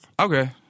Okay